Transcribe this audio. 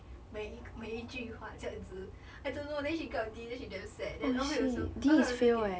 每一个每一句话这样子 I don't know then she got D then she damn sad then en hui also en hui also get